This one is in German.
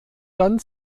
dann